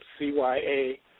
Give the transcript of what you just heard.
CYA